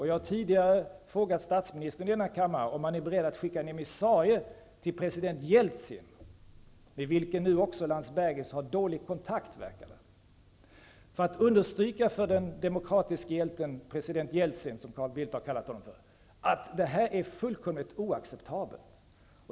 Jag har tidigare i denna kammare frågat statsministern om han är beredd att skicka en emissarie till president Jeltsin -- med vilken nu också Landsbergis har dålig kontakt, verkar det -- för att understryka för den ''demokratiske hjälten'', som Carl Bildt kallat president Jeltsin, att detta är fullkomligt oacceptabelt?